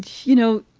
you know,